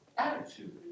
attitude